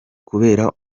kubera